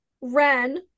Ren